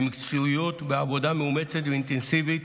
במקצועיות ובעבודה מאומצת ואינטנסיבית